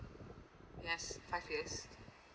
yes five years